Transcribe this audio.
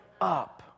up